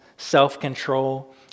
self-control